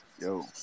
Yo